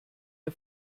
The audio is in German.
ihr